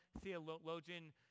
theologian